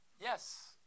Yes